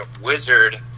Wizard